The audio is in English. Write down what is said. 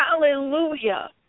Hallelujah